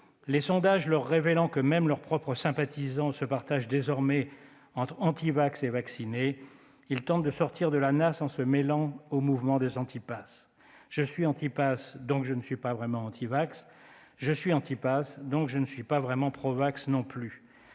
les sondages leur révélant que même leurs propres sympathisants se partagent désormais entre antivax et vaccinés, ils tentent de sortir de la nasse en se mêlant au mouvement des anti-passe : je suis anti-passe, donc je ne suis pas vraiment antivax, je suis anti-passe donc je ne suis pas vraiment provax non plus.